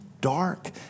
dark